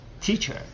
teacher